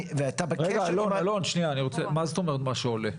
מה זאת אומרת מה שעולה?